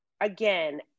again